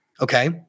Okay